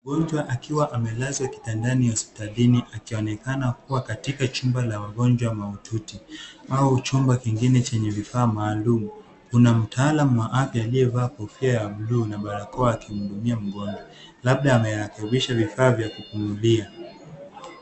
Mgonjwa akiwa amelazwa kitandani hospitalini akionekana kuwa katika chumba cha wagonjwa mahututi au chumba kingine chenye vifaa maalum. Kuna mtaalam wa afya aliyevaa kofia ya buluu na barakoa akimhudumia mgonjwa. Labda amerekebisha vifaa vya kupumua.